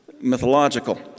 mythological